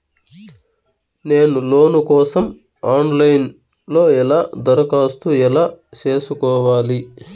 నేను లోను కోసం online లో ఎలా దరఖాస్తు ఎలా సేసుకోవాలి?